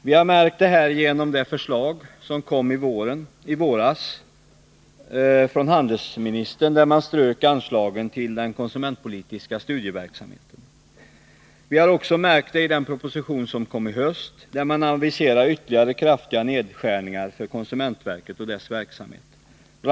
Vi har märkt detta i det förslag som kom i våras från handelsministern, där man strök anslagen till den konsumentpolitiska studieverksamheten. Vi har också märkt det i den proposition som kom i höstas, där man aviserar ytterligare kraftigare nedskärningar för konsumentverket och dess verksamhet. Bl.